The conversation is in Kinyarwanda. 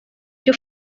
jya